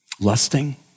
Lusting